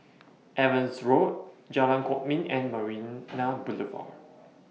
Evans Road Jalan Kwok Min and Marina Boulevard